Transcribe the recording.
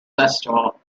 festival